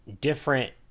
different